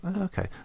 Okay